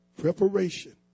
Preparation